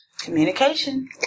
Communication